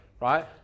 right